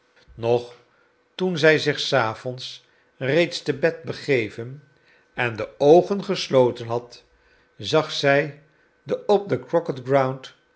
nog toen zij zich s avonds reeds te bed begeven en de oogen gesloten had zag zij den op den